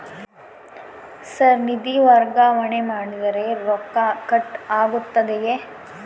Sir ನಿಧಿ ವರ್ಗಾವಣೆ ಮಾಡಿದರೆ ರೊಕ್ಕ ಕಟ್ ಆಗುತ್ತದೆಯೆ?